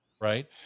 right